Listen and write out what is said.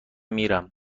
میرم